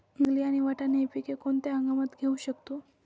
नागली आणि वाटाणा हि पिके कोणत्या हंगामात घेऊ शकतो?